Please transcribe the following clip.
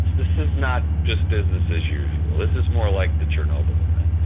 this is not just business as usual. this is more like the chernobyl event. you